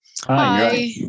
Hi